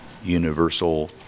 universal